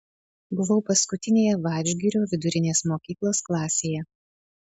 buvau paskutinėje vadžgirio vidurinės mokyklos klasėje